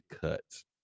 cuts